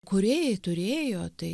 kūrėjai turėjo tai